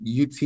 UT